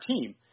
team